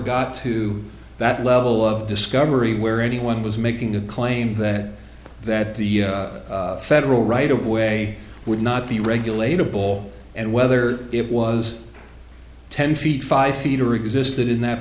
got to that level of discovery where anyone was making a claim that that the federal right of way would not be regulated ball and whether it was ten feet five feet or existed in that